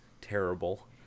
terrible